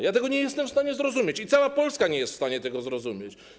Ja tego nie jestem w stanie zrozumieć i cała Polska nie jest w stanie tego zrozumieć.